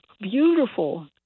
beautiful